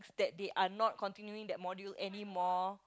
that they are not continuing that module anymore